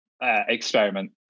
experiment